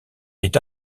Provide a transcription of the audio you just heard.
est